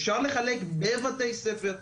אפשר לחלק בבתי ספר,